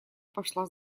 пошла